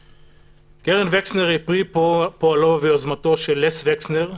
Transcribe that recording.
קרן וקסנר היא פרי פועלו ויוזמתו של לסלי וקסנר,